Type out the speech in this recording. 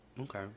Okay